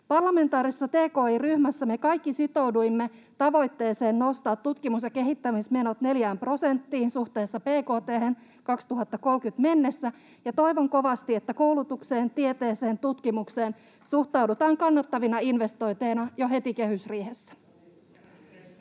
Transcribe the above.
Parlamentaarisessa tki-ryhmässä me kaikki sitouduimme tavoitteeseen nostaa tutkimus- ja kehittämismenot 4 prosenttiin suhteessa bkt:hen 2030 mennessä. Ja toivon kovasti, että koulutukseen, tieteeseen ja tutkimukseen suhtaudutaan kannattavina investointeina jo heti kehysriihessä.